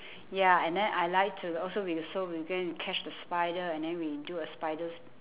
ya and then I like to also we'll so we go and catch the spider and then we do a spider's